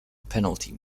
penalty